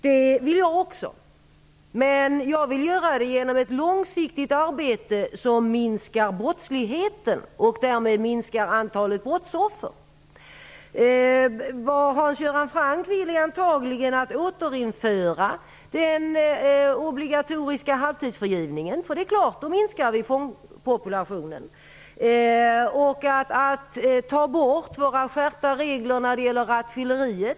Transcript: Det vill jag också, med jag vill göra det genom ett långsiktigt arbete som minskar brottsligheten och därmed antalet brottsoffer. Vad Hans Göran Franck vill är antagligen att återinföra den obligatoriska halvtidsfrigivningen -- det är klart att vi då minskar fångpopulationen -- och att ta bort våra skärpta regler för rattfylleri.